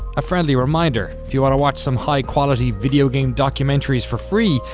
a friendly reminder, if you want to watch some high-quality video game documentaries for free,